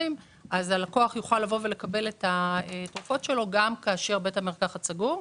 והלקוח יוכל לבוא ולקבל את התרופות שלו גם כאשר בית המרקחת סגור.